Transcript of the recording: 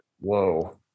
Whoa